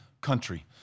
country